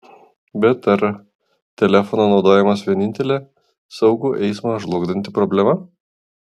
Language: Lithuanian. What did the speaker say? bet ar telefono naudojimas vienintelė saugų eismą žlugdanti problema